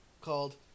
Called